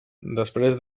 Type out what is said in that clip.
després